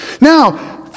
now